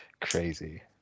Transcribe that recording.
Crazy